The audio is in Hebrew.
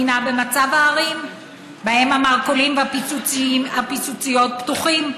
הינה במצב הערים שבהן המרכולים והפיצוציות פתוחים.